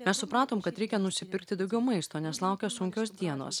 mes supratom kad reikia nusipirkti daugiau maisto nes laukia sunkios dienos